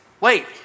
Wait